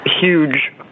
huge